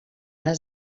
les